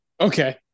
okay